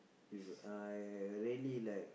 If I really like